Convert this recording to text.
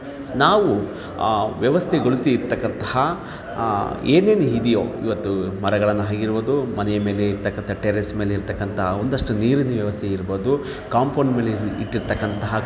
ನಾವು ಆ ವ್ಯವಸ್ಥೆಗೊಳಿಸಿ ಇರತಕ್ಕಂತಹ ಏನೇನು ಇದೆಯೋ ಇವತ್ತು ಮರಗಳನ್ನು ಆಗಿರ್ಬಹುದು ಮನೆಯ ಮೇಲೆ ಇರ್ತಕ್ಕಂಥ ಟೆರೆಸ್ ಮೇಲೆ ಇರ್ತಕ್ಕಂಥ ಒಂದಷ್ಟು ನೀರಿನ ವ್ಯವಸ್ಥೆ ಇರ್ಬಹುದು ಕಾಂಪೌಂಡ್ ಮೇಲೆ ಇಟ್ಟಿರತಕ್ಕಂತಹ